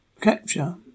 capture